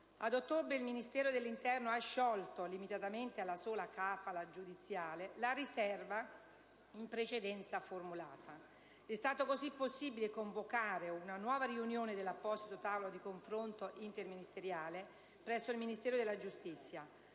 «Ad ottobre, il Ministero dell'interno ha sciolto - limitatamente alla sola *kafalah* giudiziale (...)- la riserva in precedenza formulata. È stato così possibile convocare una nuova riunione dell'apposito tavolo di confronto interministeriale" presso il Ministero della giustizia.